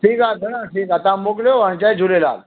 ठीकु आहे भेण ठीकु आहे तव्हां मोकिलयो ऐं जय झूलेलाल